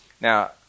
Now